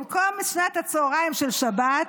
במקום שנת הצוהריים של שבת